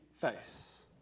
face